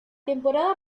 temporada